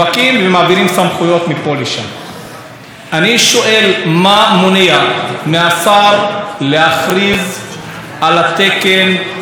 אני שואל: מה מונע מהשר להכריז על התקן של פיגומים לפי התקן האירופי?